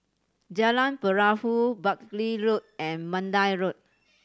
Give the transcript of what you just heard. Jalan Perahu Buckley Road and Mandai Road